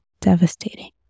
devastating